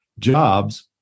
Jobs